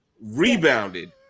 rebounded –